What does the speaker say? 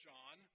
John